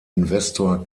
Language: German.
investor